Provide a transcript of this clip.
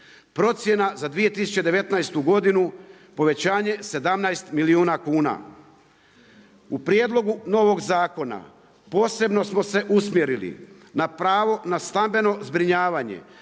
Procjena za 2019. godinu povećanje 17 milijuna kuna. U prijedlogu novog zakona posebno smo se usmjerili na pravo na stambeno zbrinjavanje